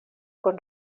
con